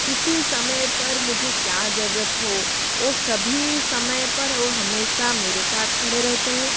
किसी समय पर मुझे क्या ज़रूरत हो ओ सभी समय पर हो हमेशा मेरे साथ खड़े रहते हैं